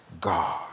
God